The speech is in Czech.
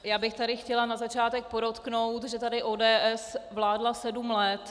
Já bych chtěla na začátek podotknout, že tady ODS vládla sedm let.